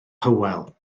hywel